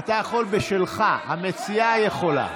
אתה יכול בשלך, המציעה יכולה.